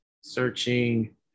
searching